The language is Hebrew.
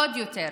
עוד יותר,